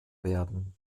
werden